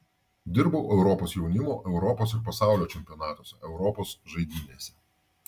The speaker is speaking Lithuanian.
dirbau europos jaunimo europos ir pasaulio čempionatuose europos žaidynėse